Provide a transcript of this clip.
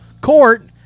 Court